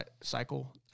cycle